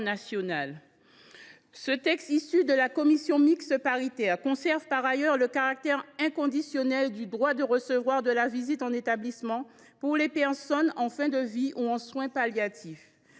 Le texte issu de la commission mixte paritaire conserve par ailleurs le caractère inconditionnel du droit de recevoir de la visite en établissement, pour les personnes en fin de vie ou en soins palliatifs.